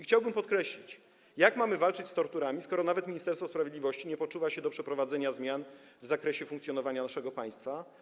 Chciałbym podkreślić: jak mamy walczyć z torturami, skoro nawet Ministerstwo Sprawiedliwości nie poczuwa się do przeprowadzenia zmian w zakresie funkcjonowania naszego państwa?